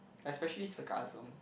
especially sarcasm